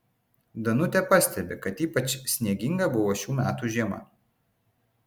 danutė pastebi kad ypač snieginga buvo šių metų žiema